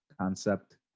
concept